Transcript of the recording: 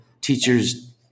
teachers